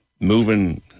moving